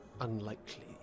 unlikely